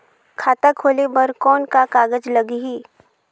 खाता खोले बर कौन का कागज लगही?